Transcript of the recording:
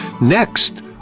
Next